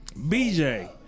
BJ